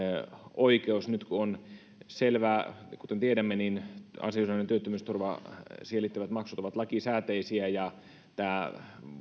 oikeus nyt kun on selvää ja kuten tiedämme niin ansiosidonnainen työttömyysturva siihen liittyvät maksut ovat lakisääteisiä ja tämä